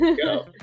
go